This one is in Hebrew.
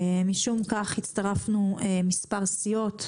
משום כך הצטרפנו מספר סיעות,